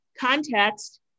context